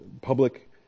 public